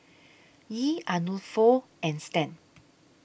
Yee Arnulfo and Stan